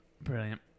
brilliant